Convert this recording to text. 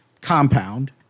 compound